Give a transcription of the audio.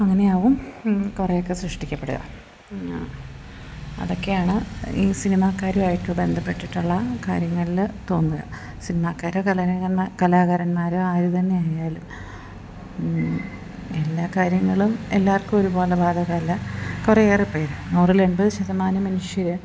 അങ്ങനെയാവും കുറേയൊക്കെ സൃഷ്ടിക്കപ്പെടുക അതൊക്കെയാണ് ഈ സിനിമാക്കാരുമായിട്ട് ബന്ധപ്പെട്ടിട്ടുള്ള കാര്യങ്ങളിൽ തോന്നുക സിനിമാക്കാർ കലാകാരന്മാരും ആര് തന്നെയായാലും എല്ലാ കാര്യങ്ങളും എല്ലാവർക്കും ഒരുപോലെ ബാധകമല്ല കുറയേറെ പേര് നൂറിൽ എൺപത് ശതമാനം മനുഷ്യർ